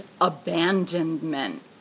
abandonment